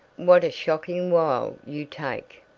what a shocking while you take.